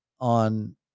on